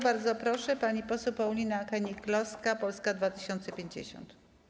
Bardzo proszę, pani poseł Paulina Hennig-Kloska, Polska 2050.